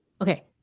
Okay